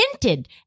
hinted